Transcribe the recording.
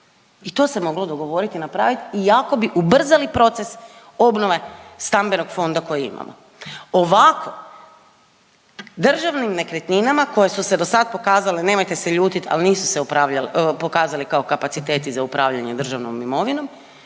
I to se moglo dogovoriti i napraviti i jako bi ubrzali proces obnove stambenog fonda koji imamo. Ovako državnim nekretninama koje su se do sad pokazale nemojte se ljutiti ali nisu se pokazali kao kapaciteti za upravljanje državnom imovinom